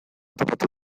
topatu